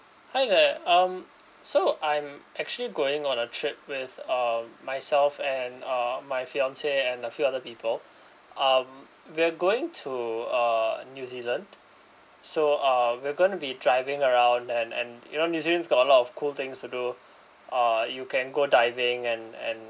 hi there um so I'm actually going on a trip with uh myself and uh my fiancee and a few other people um we're going to uh new zealand so uh we're gonna be driving around and and you know new zealand's got a lot of cool things to do uh you can go diving and and